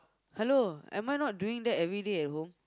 hello am I not doing that everyday at home